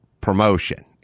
promotion